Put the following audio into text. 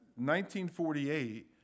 1948